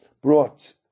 brought